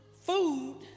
food